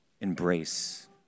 embrace